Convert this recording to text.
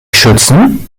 schützen